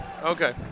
Okay